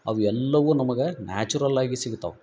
ಅವು ಎಲ್ಲವು ನಮಗೆ ನ್ಯಾಚುರಲ್ ಆಗಿ ಸಿಗ್ತಾವು